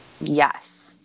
yes